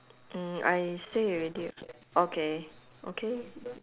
mm I say already [what] okay okay